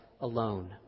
alone